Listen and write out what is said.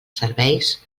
serveis